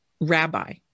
rabbi